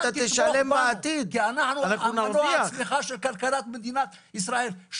תתמוך בנו כי אנחנו מנוע הצמיחה של מדינת ישראל,